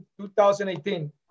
2018